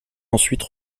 ensuite